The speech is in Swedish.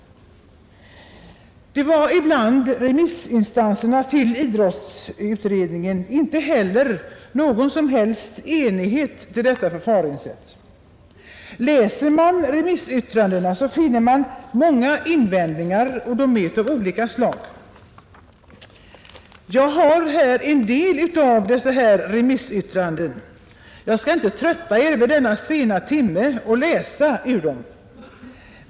Det rådde bland remissinstanserna till idrottsutredningen inte heller någon som helst enighet om detta förfaringssätt. Läser man remissyttrandena, finner man många invändningar av olika slag. Jag har här en del av dessa remissyttranden. Jag skall inte vid denna sena timme trötta er med att läsa ur dem.